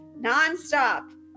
nonstop